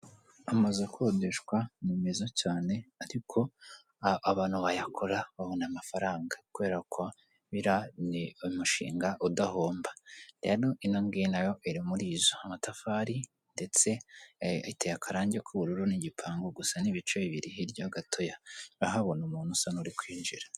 Amazu akodeshwa ni meza cyane ariko abantu bayakora, babona amafaranga kubera ko biriya ni umushinga udahomba. Rero ino ngiyi na yo iri muri izo. Amatafari ndetse iteye akarangi k'ubururu n'igipangu gusa n'ibice bibiri hirya gatoya, urahabona umuntu usa n'uri kwinjira.